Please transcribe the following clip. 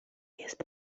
jest